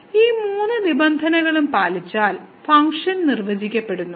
ഈ മൂന്ന് നിബന്ധനകളും പാലിച്ചാൽ ഫംഗ്ഷൻ നിർവചിക്കപ്പെടുന്നു